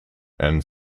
and